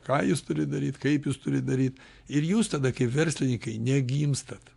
ką jūs turi daryt kaip jūs turit daryt ir jūs tada kai verslininkai negimstat